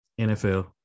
nfl